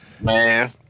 Man